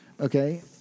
okay